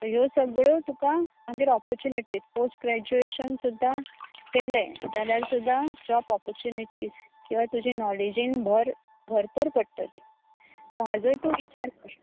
ह्यो सगळ्यो तुका म्हणजे ऑपॉचुनिटीज पोस्ट ग्रॅजुएशन सुद्दा केलें जाल्यार सुद्दा जॉब ऑपॉचुनिटीज किंवा तुजे नॉलेजीन भर भरपूर पडटली सो हाजोय तूं विचार कर